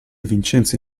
vincenzi